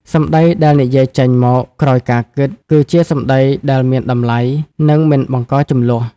សម្ដីដែលនិយាយចេញមកក្រោយការគិត គឺជាសម្ដីដែលមានតម្លៃ និងមិនបង្កជម្លោះ។